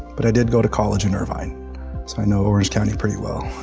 but i did go to college in irvine, so i know orange county pretty well.